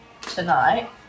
tonight